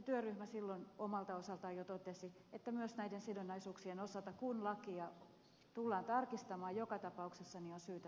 työryhmä silloin omalta osaltaan jo totesi että myös näiden sidonnaisuuksien osalta kun lakia tullaan tarkistamaan joka tapauksessa on syytä tarkistaa